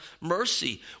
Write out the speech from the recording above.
mercy